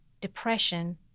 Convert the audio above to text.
depression